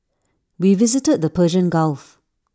we visited the Persian gulf